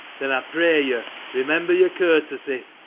then, i pray you, remember your courtesy.